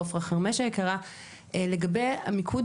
בדיוק.